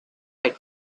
had